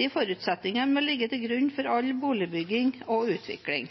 De forutsetningene må ligge til grunn for all boligbygging og utvikling.